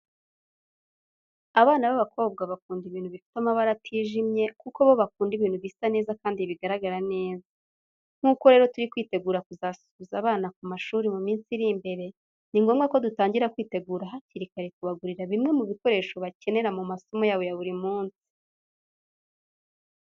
Abana b'abakobwa bakunda ibintu bifite amabara atijimye, kuko bo bakunda ibintu bisa neza kandi bigaragara neza. Nk'uko rero turi kwitegura kuzasubiza abana ku mashuri mu minsi iri imbere, ni ngombwa ko dutangira kwitegura hakiri kare kubagurira bimwe mu bikoresho bakenera mu masomo yabo ya buri munsi.